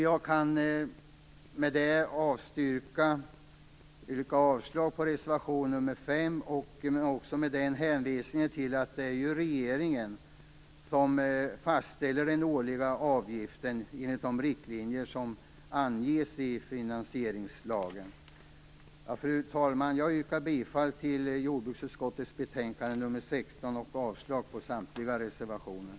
Jag yrkar med detta avslag på reservation nr 5, också med hänvisning till att det är regeringen som fastställer den årliga avgiften enligt de riktlinjer som anges i finansieringslagen. Fru talman! Jag yrkar bifall till jordbruksutskottets hemställan i betänkande nr 16 och avslag på samtliga reservationer.